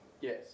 Yes